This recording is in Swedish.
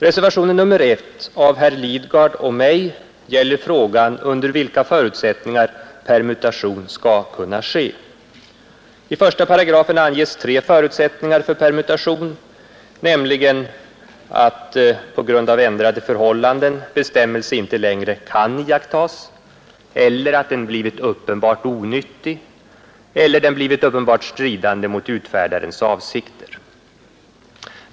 Reservationen 1 av herr Lidgard och mig gäller frågan under vilka förutsättningar permutation skall kunna ske. I 18 anges tre förutsättningar för permutation, nämligen att på grund av ändrade förhållanden bestämmelse inte längre kan iakttas, den blivit uppenbart onyttig eller den blivit uppenbart stridande mot utfärdarens avsikt.